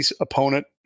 opponent